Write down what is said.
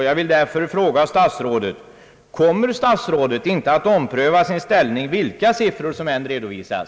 Jag vill därför fråga stafsrådet: Kommer statsrådet inte att ompröva sin ställning vilka siffror som än redovisas?